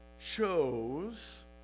chose